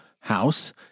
house